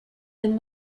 then